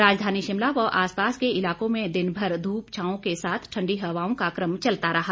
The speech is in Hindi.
राजधानी शिमला व आसपास के इलाकों में दिन भर धूप छांव के साथ ठंडी हवाओं का क्रम चलता रहा